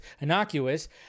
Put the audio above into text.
innocuous